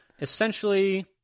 essentially